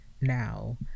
now